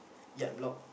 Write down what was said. yard block